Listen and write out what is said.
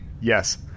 Yes